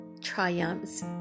Triumphs